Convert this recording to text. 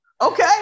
Okay